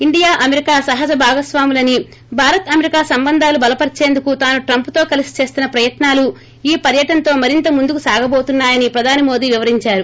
India America సహజ భాగస్వాములని Bharat America సంబంధాలు బలపర్సేందుకు తాను ట్రంప్తో కలిసి చేస్తున్న ప్రయత్నాలు ఈ పర్యటనతో మరింత ముందుకు సాగబోతున్నా యని ప్రధాని మోడీ వివరిందారు